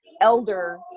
elder